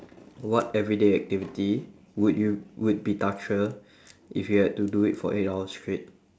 what everyday activity would you would be torture if you had to do it for eight hours straight